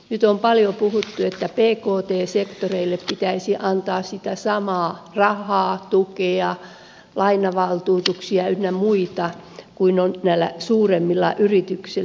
nyt on paljon puhuttu että pkt sektorille pitäisi antaa sitä samaa rahaa tukea lainavaltuutuksia ynnä muuta niin kuin on näillä suuremmilla yrityksillä